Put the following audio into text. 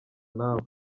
nawe